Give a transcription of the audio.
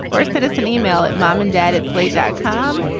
or send us an email at mom and dad at slate dot com.